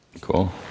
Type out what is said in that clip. Cool